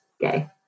gay